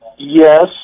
Yes